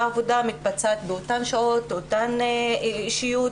עבודה שמתבצעת באותן שעות ובאותה אישיות,